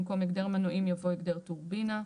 במקום "הגדר מנועים" יבוא "הגדר טורבינה".